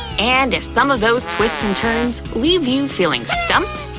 and if some of those twists and turns leave you feeling stumped,